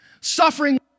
Suffering